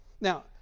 Now